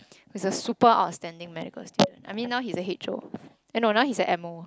he is a super outstanding medical student I mean now he is a H_O eh no now he is a M_O